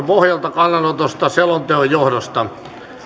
pohjalta kannanotosta selonteon johdosta